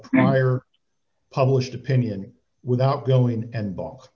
prior published opinion without going and b